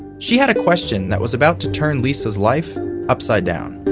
she had a question that was about to turn lisa's life upside down